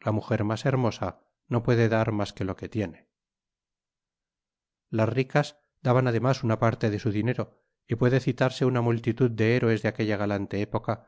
la mujer mas hermosa no puede dar mas que lo que tiene las ricas daban además una parte de su dinero y puede citarse una multitud de héroes de aquella galante época